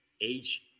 age